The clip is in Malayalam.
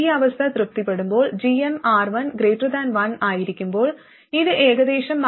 ഈ അവസ്ഥ തൃപ്തിപ്പെടുമ്പോൾ gmR1 1 ആയിരിക്കുമ്പോൾ ഇത് ഏകദേശം viRD||RLR1 ആണ്